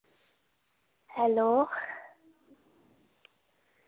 hello